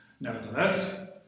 Nevertheless